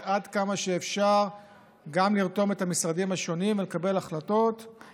ועד כמה שאפשר גם לרתום את המשרדים השונים לקבל החלטות,